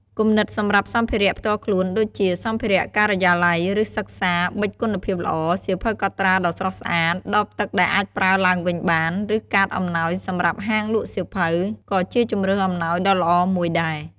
គំនិតសម្រាប់សម្ភារៈផ្ទាល់ខ្លួន ដូចជា សម្ភារៈការិយាល័យ ឬសិក្សា ប៊ិចគុណភាពល្អ សៀវភៅកត់ត្រាដ៏ស្រស់ស្អាត ដបទឹកដែលអាចប្រើឡើងវិញបាន ឬកាតអំណោយសម្រាប់ហាងលក់សៀវភៅ ក៏ជាជម្រើសអំណោយដ៏ល្អមួយដែរ។